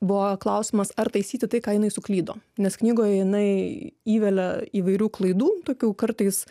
buvo klausimas ar taisyti tai ką jinai suklydo nes knygoje jinai įvelia įvairių klaidų tokių kartais